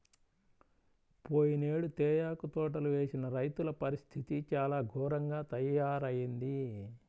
పోయినేడు తేయాకు తోటలు వేసిన రైతుల పరిస్థితి చాలా ఘోరంగా తయ్యారయింది